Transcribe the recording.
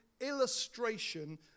illustration